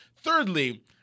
Thirdly